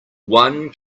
one